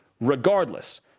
Regardless